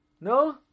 No